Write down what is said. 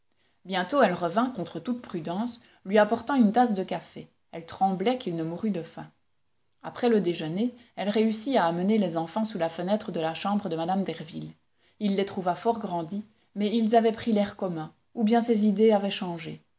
bientôt elle revint contre toute prudence lui apportant une tasse de café elle tremblait qu'il ne mourût de faim après le déjeuner elle réussit à amener les enfants sous la fenêtre de la chambre de mme derville il les trouva fort grandis mais ils avaient pris l'air commun ou bien ses idées avaient changé